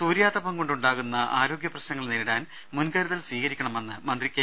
സൂര്യാതപംകൊണ്ട് ഉണ്ടാകുന്ന ആരോഗൃ പ്രശ്നങ്ങൾ നേരിടാൻ മുൻകരുതൽ സ്വീകരിക്കണമെന്ന് മന്ത്രി കെ